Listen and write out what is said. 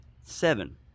seven